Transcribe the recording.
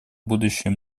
будущее